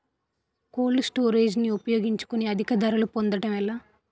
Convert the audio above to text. Cold storage ని ఉపయోగించుకొని అధిక ధరలు పొందడం ఎలా?